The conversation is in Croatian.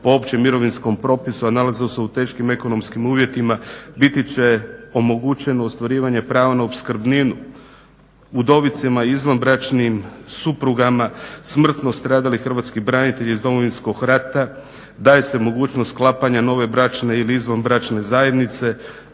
po općem mirovinskom propisu, a nalaze se u teškim ekonomskim uvjetima biti će omogućeno ostvarivanje prava na opskrbninu. Udovicama i izvanbračnim suprugama smrtno stradalih hrvatskih branitelja iz Domovinskog rata daje se mogućnost sklapanja nove bračne ili izvanbračne zajednice